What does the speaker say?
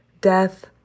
death